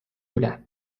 üle